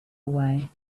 away